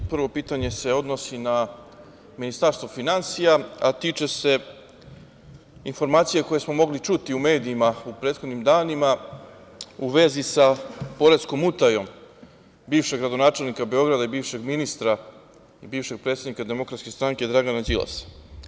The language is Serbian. Prvo pitanje se odnosi na Ministarstvo finansija, a tiče se informacije koje smo mogli čuti u medijima u prethodnim danima u vezi sa poreskom utajom bivšeg gradonačelnika Beograda, bivšeg ministra i bivšeg predsednika DS Dragana Đilasa.